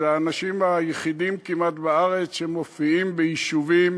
אלה האנשים היחידים כמעט בארץ שמופיעים ביישובים